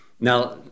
Now